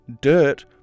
dirt